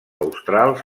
australs